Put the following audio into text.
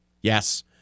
Yes